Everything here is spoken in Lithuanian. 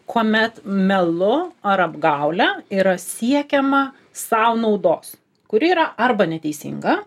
kuomet melu ar apgaule yra siekiama sau naudos kuri yra arba neteisinga